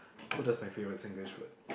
so that's my favorite Singlish word